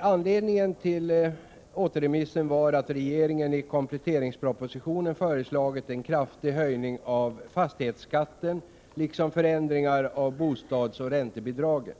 Anledningen till återremissen var att regeringen i kompletteringspropositionen föreslagit en kraftig höjning av fastighetsskatten liksom förändringar av bostadsoch räntebidragen.